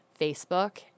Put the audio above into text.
Facebook